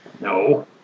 No